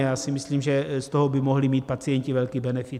A já si myslím, že z toho by mohli mít pacienti velký benefit.